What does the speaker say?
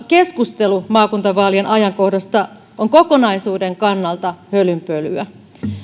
keskustelu maakuntavaalien ajankohdasta on kokonaisuuden kannalta hölynpölyä